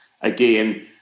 again